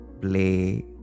play